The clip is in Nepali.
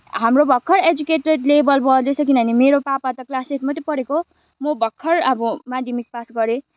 हाम्रो भर्खर एजुकेटेड लेभल बढ्दैछ किनभने मेरो पापा त क्लास एट मात्रै पढेको म भर्खर अब म माध्यमिक पास गरेँ